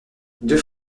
deux